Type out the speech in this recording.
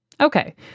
Okay